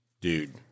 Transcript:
dude